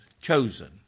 chosen